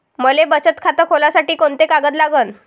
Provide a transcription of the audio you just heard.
मले बचत खातं खोलासाठी कोंते कागद लागन?